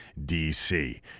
dc